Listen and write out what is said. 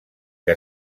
que